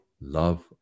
love